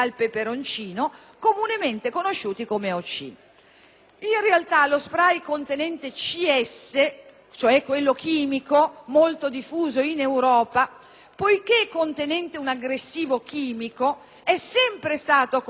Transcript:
In realtà, lo spray contenente "CS", cioè quello molto diffuso in Europa, poiché contenente un aggressivo chimico è sempre stato considerato assolutamente illegale in Italia